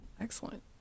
excellent